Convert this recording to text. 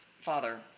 Father